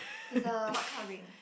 it's a what kind of ring